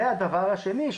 והדבר השני,